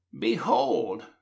Behold